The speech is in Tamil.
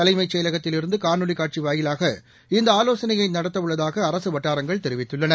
தலைமைச் செயலகத்தில் இருந்துகாணொலிகாட்சிவாயிலாக இந்தஆலோசனையைநடத்தஉள்ளதாகஅரசுவட்டாரங்கள் தெரிவித்துள்ளன